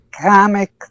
comic